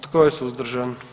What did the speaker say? Tko je suzdržan?